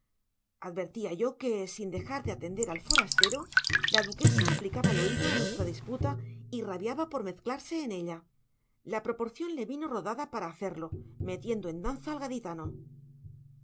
advertía yo que sin dejar de atender al forastero la duquesa aplicaba el oído a nuestra disputa y rabiaba por mezclarse en ella la proporción le vino rodada para hacerlo metiendo en danza al